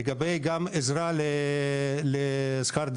לגבי עזרה לשכר דירה,